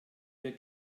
wir